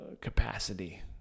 capacity